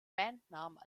bandnamen